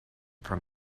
from